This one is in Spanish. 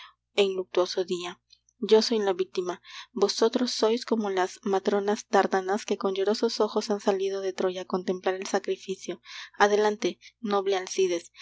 en luctuoso dia yo soy la víctima vosotros sois como las matronas dárdanas que con llorosos ojos han salido de troya á contemplar el sacrificio adelante noble alcides